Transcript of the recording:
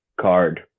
card